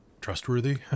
trustworthy